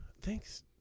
Thanks